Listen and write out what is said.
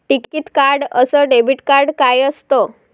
टिकीत कार्ड अस debit card काय असत?